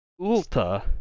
Ulta